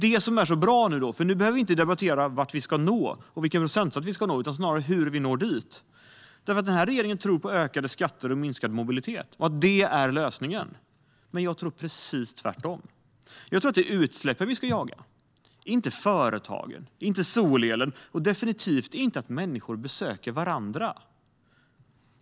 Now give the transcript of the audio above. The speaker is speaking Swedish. Det som är så bra nu är att nu behöver vi inte debattera vart vi ska nå eller vilken procentsats vi ska nå utan snarare hur vi når dit. Den här regeringen tror att ökade skatter och minskad mobilitet är lösningen. Jag tror precis tvärtom. Jag tror att det är utsläppen vi ska jaga. Det är inte företagen, inte solelen och definitivt inte att människor besöker varandra.